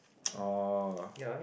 oh